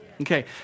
Okay